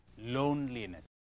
loneliness